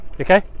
okay